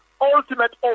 ultimate